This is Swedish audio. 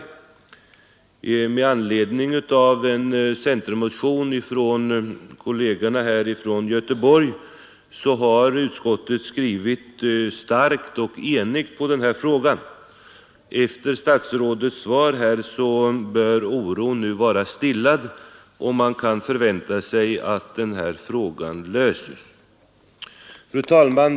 Utskottet har med anledning av en centermotion från kollegerna i Göteborg skrivit starkt och enigt i denna fråga. Efter statsrådets svar här bör oron vara stillad och man kan förvänta sig att frågan får en lösning. Fru talman!